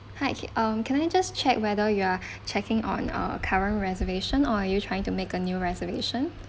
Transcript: hi um can I just check whether you are checking on a current reservation are you trying to make a new reservation